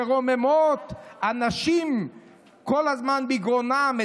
שרוממות הנשים כל הזמן בגרונם,